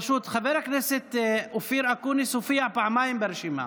פשוט חבר הכנסת אופיר אקוניס הופיע פעמיים ברשימה.